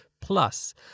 Plus